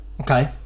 okay